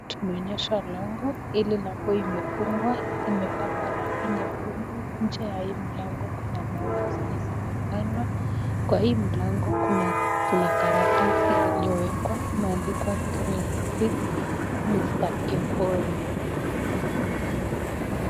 Tumeonyeshwa lango, hili lango limefungwa , imepakwa rangi nyekundu. Nje ya hii mlango kuna maua zenye zimepandwa. Kwa hii mlango kuna karatasi iliyowekwa imeandikwa Grade 6 Mr. Ivoli.